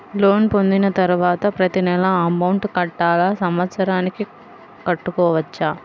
Loan పొందిన తరువాత ప్రతి నెల అమౌంట్ కట్టాలా? సంవత్సరానికి కట్టుకోవచ్చా?